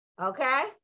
Okay